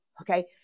Okay